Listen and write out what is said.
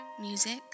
music